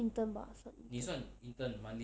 intern bah 算 intern